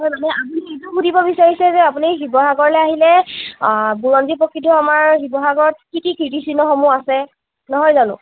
আমি এইটো সুধিব বিচাৰিছোঁ যে আপুনি শিৱসাগৰলৈ আহিলে বুৰঞ্জী প্ৰসিদ্ধ আমাৰ শিৱসাগৰত কি কি কীৰ্তিচিহ্নসমূহ আছে নহয় জানো